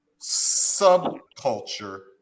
subculture